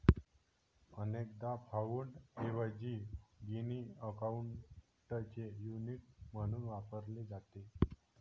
अनेकदा पाउंडऐवजी गिनी अकाउंटचे युनिट म्हणून वापरले जाते